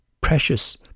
precious